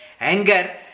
Anger